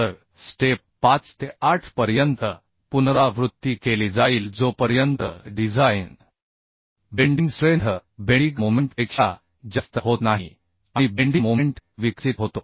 तर स्टेप 5 ते 8 पर्यंत पुनरावृत्ती केली जाईल जोपर्यंत design bending strength bending moment पेक्षा जास्त होत नाही आणि बेंडी मोमेंट विकसित होतो